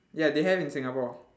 ya they have in singapore